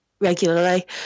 regularly